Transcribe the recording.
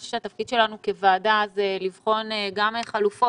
אני חושבת שהתפקיד שלנו כוועדה הוא לבחון גם חלופות